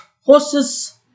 horses